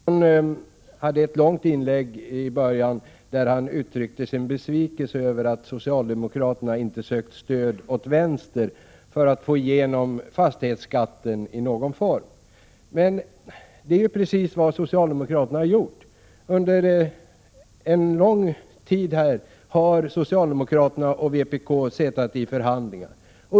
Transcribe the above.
Herr talman! Tore Claeson ägnade ett långt avsnitt i början av sitt inlägg åt att uttrycka besvikelse över att socialdemokraterna inte sökt stöd från vänster för att få igenom fastighetsskatten i någon form. Men sökt stöd från vänster är ju precis vad socialdemokraterna har gjort. Under en lång tid har socialdemokraterna och vpk suttit i förhandlingar.